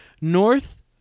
North